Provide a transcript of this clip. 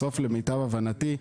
בסוף למיטב הבנתי,